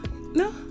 no